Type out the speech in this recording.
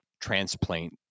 transplant